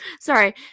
sorry